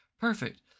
Perfect